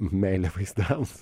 meilę vaizdams